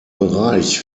bereich